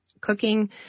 cooking